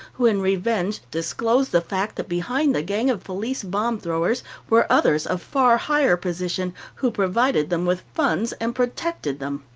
who, in revenge, disclosed the fact that behind the gang of police bomb throwers were others of far higher position, who provided them with funds and protected them.